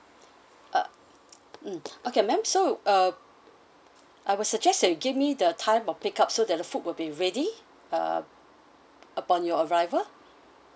uh mm okay ma'am so uh I will suggest that you give me the time of pick up so that the food will be ready uh upon your arrival